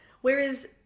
Whereas